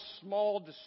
small